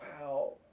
Wow